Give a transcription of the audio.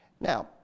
Now